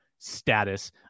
status